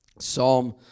Psalm